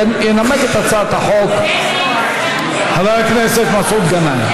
ינמק את הצעת החוק חבר הכנסת מסעוד גנאים.